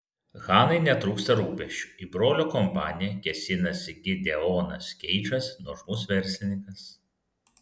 hanai netrūksta rūpesčių į brolio kompaniją kėsinasi gideonas keidžas nuožmus verslininkas